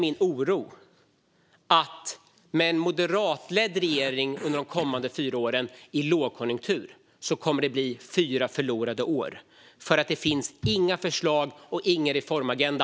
Med en moderatledd regering under de fyra kommande åren i lågkonjunktur kommer det att bli fyra förlorade år. Det finns inga förslag och ingen reformagenda.